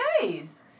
days